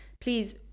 please